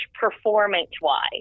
performance-wise